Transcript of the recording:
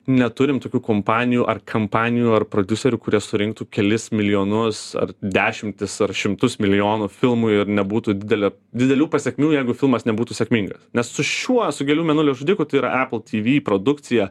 neturim tokių kompanijų ar kampanijų ar prodiuserių kurie surinktų kelis milijonus ar dešimtis ar šimtus milijonų filmui ir nebūtų didelė didelių pasekmių jeigu filmas nebūtų sėkmingas nes su šiuo su gėlių mėnulio žudiku tai yra apple tv produkcija